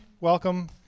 welcome